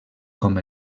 com